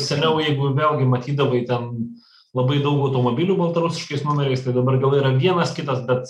seniau jeigu vėlgi matydavai ten labai daug automobilių baltarusiškais numeriais tai dabar gal yra vienas kitas bet